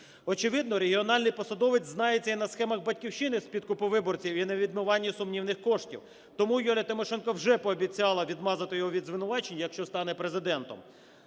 Очевидно, регіональний посадовець знається і на схемах "Батьківщини" з підкупу виборців і на відмиванні сумнівних коштів, тому Юлія Тимошенко вже пообіцяла "відмазати" його від звинувачень, якщо стане Президентом.